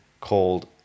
called